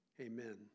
amen